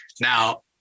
Now